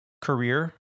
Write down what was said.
career